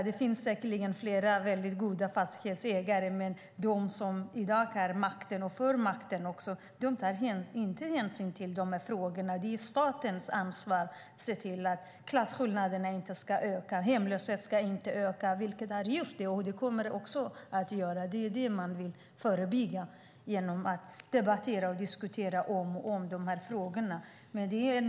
Det finns säkerligen många goda fastighetsägare, men de som i dag har makten tar inte hänsyn till de här frågorna. Det är statens ansvar att se till att klasskillnaderna inte ska öka, att hemlösheten inte ska öka, vilket de just kommer att göra. Det är det man vill förebygga genom att debattera och diskutera de här frågorna om och om.